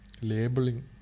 labeling